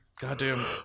Goddamn